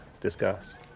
discuss